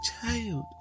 child